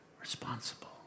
responsible